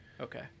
Okay